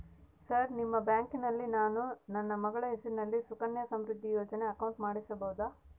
Sir ನಿಮ್ಮ ಬ್ಯಾಂಕಿನಲ್ಲಿ ನಾನು ನನ್ನ ಮಗಳ ಹೆಸರಲ್ಲಿ ಸುಕನ್ಯಾ ಸಮೃದ್ಧಿ ಯೋಜನೆ ಅಕೌಂಟ್ ಮಾಡಿಸಬಹುದಾ?